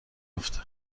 افته